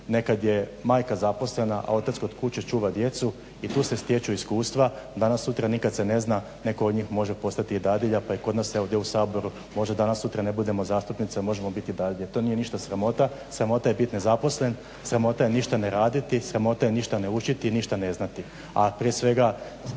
nekada je majka zaposlena, a otac kod kuće čuva djecu i tu se stječu iskustva. Danas-sutra nikad se ne zna netko od njih može postati dadilja, pa i kod nas ovdje u Saboru možda danas-sutra ne budimo zastupnici možemo biti dadilje. To nije ništa sramota, sramota je biti nezaposlen, sramota je ništa ne raditi, sramota je ništa ne učiti i ništa ne znati.